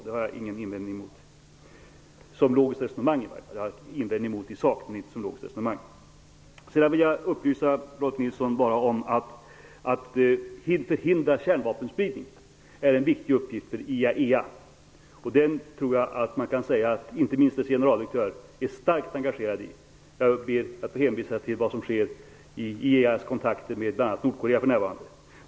Den har jag ingenting emot, som logiskt resonemang, även om jag har invändningar mot den i sak. Jag vill upplysa Rolf L Nilson om att en viktig uppgift för IAEA är att förhindra kärnvapenspridning. Inte minst dess generaldirektör är starkt engagerad i den. Jag vill hänvisa till vad som sker i IAEA:s kontakter med bl.a. Nordkorea för närvarande.